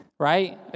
Right